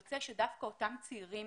יוצא שדווקא אותם צעירים